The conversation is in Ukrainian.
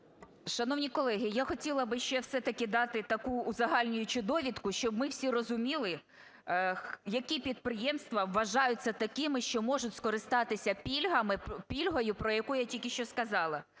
Шановні колеги, я хотіла би ще, все-таки, дати таку узагальнюючу довідку, щоб ми всі розуміли, які підприємства вважаються такими, що можуть скористатися пільгами, пільгою, про яку я тільки що сказала.